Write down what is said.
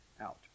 out